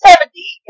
Seventy